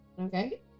Okay